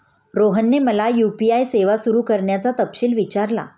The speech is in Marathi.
रोहनने मला यू.पी.आय सेवा सुरू करण्याचा तपशील विचारला